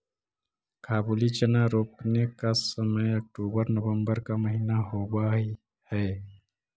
काबुली चना रोपने का समय अक्टूबर नवंबर का महीना होवअ हई